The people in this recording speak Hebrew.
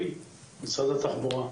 הראשונה: